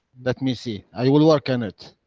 let me see. i will work on it.